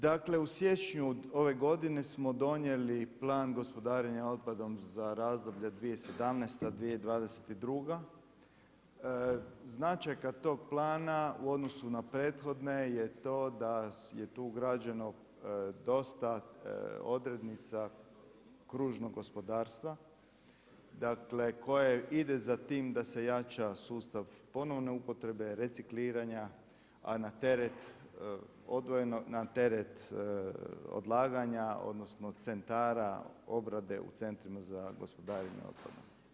Dakle, u siječnju ove godine smo donijeli Plan gospodarenja otpadom za razdoblje 2017.-2022., značajka tog Plana u odnosu na prethodne je to da je tu građeno dosta odrednica kružnog gospodarstva, dakle, koje ide za tim da se jača sustav ponovne upotrebe, recikliranja a na teret odlaganja, odnosno centara obrade u Centrima za gospodarenje otpadom.